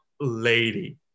lady